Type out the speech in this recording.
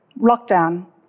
lockdown